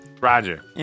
Roger